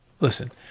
Listen